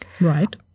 right